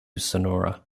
sonora